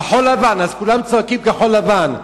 כולם צועקים כחול-לבן.